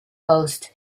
post